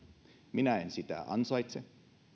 minä en sitä ansaitse